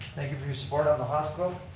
thank you for your support on the hospital.